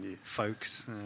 folks